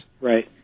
Right